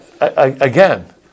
Again